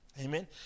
Amen